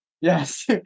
Yes